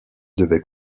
devaient